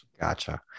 gotcha